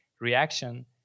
reaction